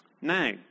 Now